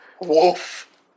wolf